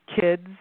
kids